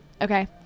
okay